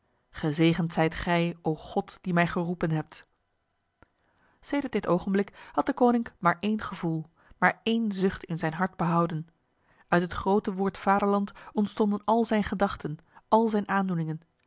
gezegend zijt gij o god die mij geroepen hebt sedert dit ogenblik had deconinck maar een gevoel maar een zucht in zijn hart behouden uit het grote woord vaderland ontstonden al zijn gedachten al zijn aandoeningen